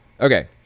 Okay